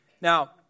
Now